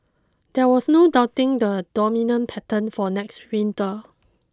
there was no doubting the dominant pattern for next winter